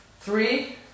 three